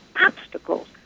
obstacles